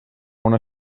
una